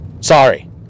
Sorry